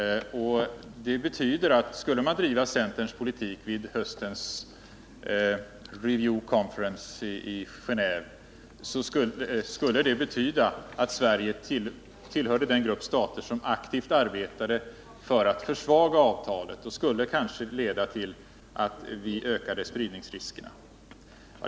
Det innebär att om man skulle driva centerns politik vid höstens ”review conference” i Gené&ve skulle det betyda att Sverige tillhörde den grupp stater som aktivt arbetade för att försvaga avtalet, och det skulle kanske leda till att spridningsriskerna ökade.